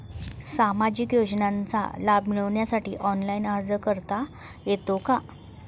सामाजिक योजनांचा लाभ मिळवण्यासाठी ऑनलाइन अर्ज करता येतो का?